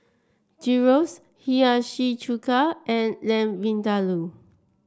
Gyros Hiyashi Chuka and Lamb Vindaloo